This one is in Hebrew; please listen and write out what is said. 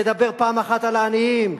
תדבר פעם אחת על העניים,